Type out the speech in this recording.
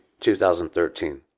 2013